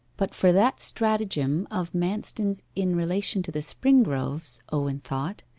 but for that stratagem of manston's in relation to the springroves owen thought,